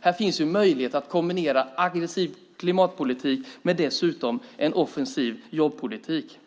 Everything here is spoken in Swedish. Här finns möjlighet att kombinera en aggressiv klimatpolitik med en offensiv jobbpolitik.